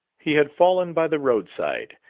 he had fallen by the roadside,